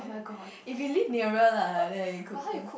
if you live nearer lah then you cook for